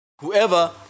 Whoever